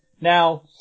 Now